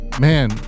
man